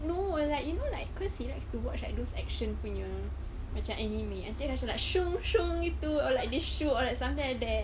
no like you know like cause he likes to watch like those action punya macam anime dia macam like shoo shoong gitu or like jisho or something like that